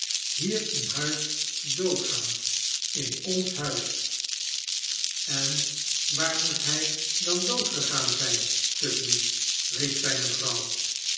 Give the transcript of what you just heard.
hier in huis doodgaan in ons huis en waar moest hij dan doodgegaan zijn tugby riep zijne vrouw